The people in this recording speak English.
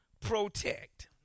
protect